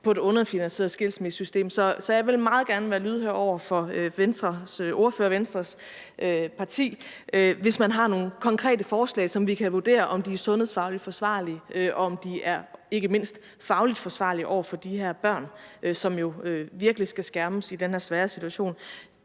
på et underfinansieret skilsmissesystem. Jeg vil meget gerne være lydhør over for Venstres ordfører og partiet Venstre, hvis man har nogle konkrete forslag, så vi kan vurdere, om de er sundhedsfagligt forsvarlige, og om de ikke mindst er fagligt forsvarlige over for de her børn, som jo virkelig skal skærmes i den her svære situation.